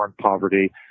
poverty